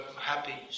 happy